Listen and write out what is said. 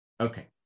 Okay